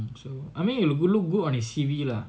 so I mean you look you look good on his C_V lah